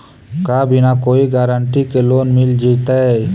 का बिना कोई गारंटी के लोन मिल जीईतै?